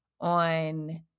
on